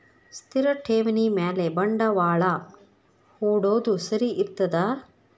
ಸ್ಥಿರ ಠೇವಣಿ ಮ್ಯಾಲೆ ಬಂಡವಾಳಾ ಹೂಡೋದು ಸರಿ ಇರ್ತದಾ?